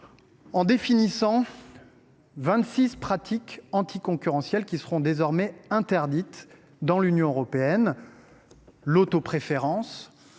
Il définit vingt six pratiques anticoncurrentielles, qui seront désormais interdites dans l’Union européenne : autopréférence,